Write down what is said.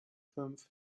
fünf